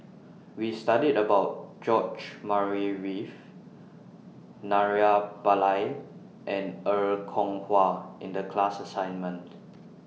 We studied about George Murray Reith Naraina Pillai and Er Kwong Wah in The class assignment